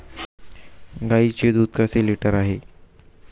गाईचे दूध कसे लिटर आहे?